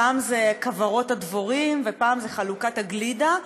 פעם זה כוורות הדבורים ופעם זה חלוקת הגלידה,